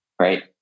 right